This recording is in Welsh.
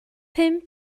pum